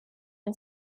and